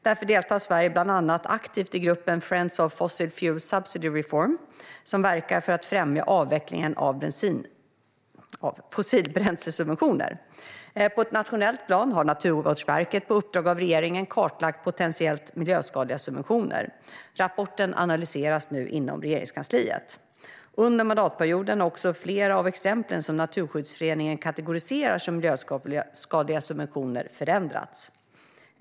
Därför deltar Sverige aktivt bland annat i gruppen Friends of Fossil-Fuel Subsidy Reform, som verkar för att främja avvecklingen av fossilbränslesubventioner. På ett nationellt plan har Naturvårdsverket på uppdrag av regeringen kartlagt potentiellt miljöskadliga subventioner. Rapporten analyseras nu inom Regeringskansliet. Under mandatperioden har också flera av exemplen som Naturskyddsföreningen kategoriserar som miljöskadliga subventioner förändrats.